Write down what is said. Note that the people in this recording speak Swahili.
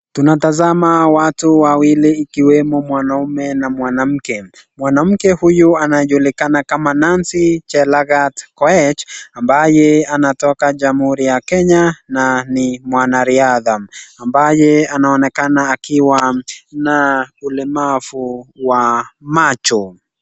Tunatasama watu wawili ikiwemo mwanaume na mwanamke. Mwanamke huyu najulikana kama Nancy Chelangat Koech ambaye anatoka jamhuri ya Kenya na ni mwanariadha ambaye anaonekana akiwa na ulemavu wa macho.